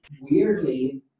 weirdly